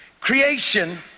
Creation